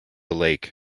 lake